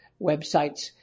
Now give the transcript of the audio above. websites